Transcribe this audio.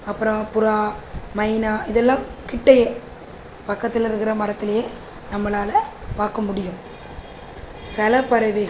அப்புறம் புறா மைனா இதெல்லாம் கிட்டயே பக்கத்தில் இருக்கிற மரத்தில் நம்மளால் பார்க்க முடியும் சில பறவைகள்